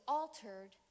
altered